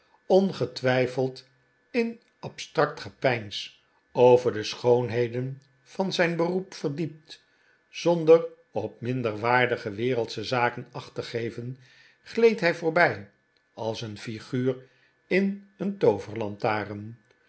ongetwijfeld in abstract gepeins over de sboonheden van zijn beroep verdiept zonder op minderwaardige wereldsche zaken acht te geven gleed hij voorbij als een figuur in een